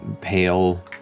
pale